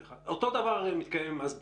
אותו דבר הרי מתקיים עם מס בריאות.